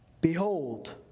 Behold